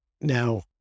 Now